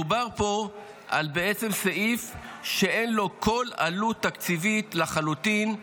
בעצם מדובר פה על סעיף שאין לו כל עלות תקציבית לחלוטין.